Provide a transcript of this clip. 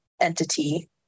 entity